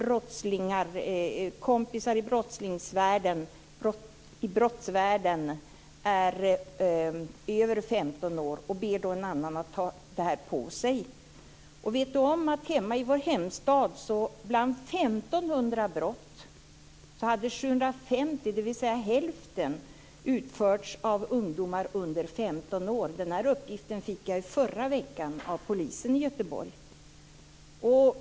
Kompisar i brottsvärlden som är över 15 år ber dem att ta det på sig. Vet Kia Andreasson att i vår hemstad hade 750 av 1 500 brott, dvs. hälften, utförts av ungdomar under 15 år? Den här uppgiften fick jag i förra veckan av polisen i Göteborg.